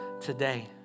today